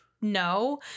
No